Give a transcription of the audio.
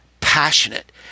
passionate